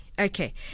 okay